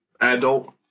adult